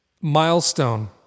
milestone